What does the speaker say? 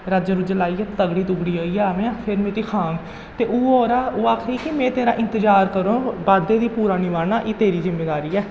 रज्ज रूज लाइयै तगड़ी तुगड़ी होइयै आवेआं फिर तुगी खाह्ङ ते ओह् ओह्दा ओह् आखदी कि में तेरा इंतजार करङ वादे गी पूरा निभाना एह् तेरी जिम्मेदारी ऐ